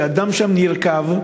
שאדם שם נרקב,